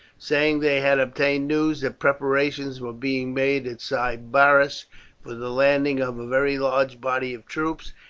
saying they had obtained news that preparations were being made at sybaris for the landing of a very large body of troops,